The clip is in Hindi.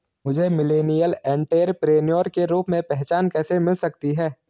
मुझे मिलेनियल एंटेरप्रेन्योर के रूप में पहचान कैसे मिल सकती है?